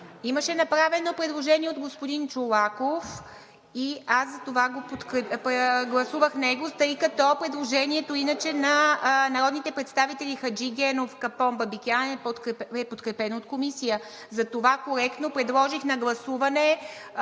Имаше направено предложение от господин Чолаков и аз затова го подложих на гласуване, тъй като предложението на народните представители Хаджигенов, Капон, Бабикян е подкрепено от Комисията. Затова коректно подложих на гласуване